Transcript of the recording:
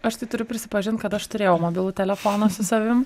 aš tai turiu prisipažint kad aš turėjau mobilų telefoną su savim